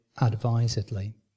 advisedly